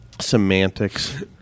Semantics